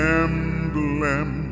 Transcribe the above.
emblem